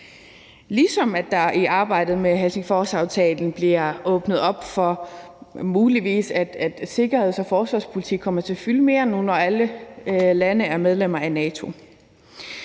ligesom der i arbejdet med Helsingforsaftalen muligvis bliver åbnet op for, at sikkerheds- og forsvarspolitik kommer til at fylde mere nu, når alle lande er medlemmer af NATO.